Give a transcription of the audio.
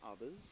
others